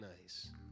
nice